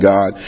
God